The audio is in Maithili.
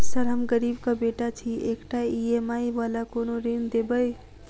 सर हम गरीबक बेटा छी एकटा ई.एम.आई वला कोनो ऋण देबै?